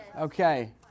okay